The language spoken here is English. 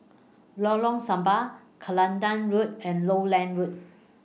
Lorong Samak Kelantan Road and Lowland Road